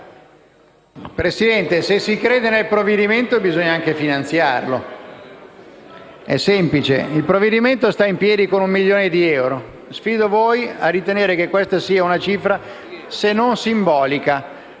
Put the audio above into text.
Presidente, se si crede nel provvedimento, bisogna anche finanziarlo. Il provvedimento sta in piedi con un milione di euro. Sfido voi a ritenere che questa non sia una cifra simbolica.